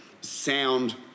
sound